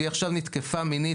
היא עכשיו נתקפה מינית,